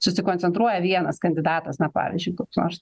susikoncentruoja vienas kandidatas na pavyzdžiui koks nors